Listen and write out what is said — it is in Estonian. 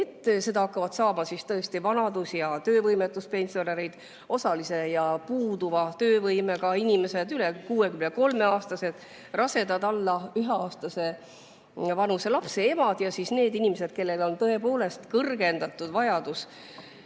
15% hakkavad saama vanadus‑ ja töövõimetuspensionärid, osalise ja puuduva töövõimega inimesed, üle 63‑aastased, rasedad, alla üheaastase lapse emad ja need inimesed, kellel on tõepoolest kõrgendatud vajadus